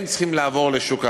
הם צריכים לעבור לשוק העבודה.